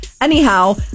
Anyhow